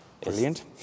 brilliant